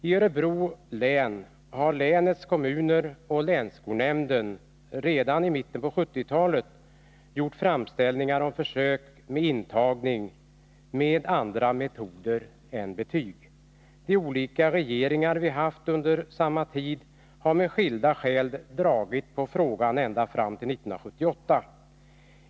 I Örebro län har kommunerna och länsskolnämnden redan i mitten på 1970-talet gjort framställningar om försök med intagning på grundval av andra metoder än betyg. De olika regeringar som vi haft under tiden sedan dess har med skilda motiveringar dragit ut på frågan ända fram till år 1978.